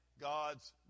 God's